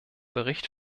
bericht